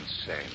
insane